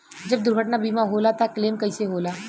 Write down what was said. जब दुर्घटना बीमा होला त क्लेम कईसे होला?